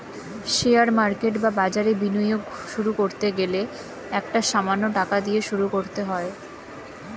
share market বা বাজারে বিনিয়োগ শুরু করতে গেলে একটা সামান্য টাকা দিয়ে শুরু করতে হয়